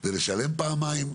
זה לשלם שלוש פעמים,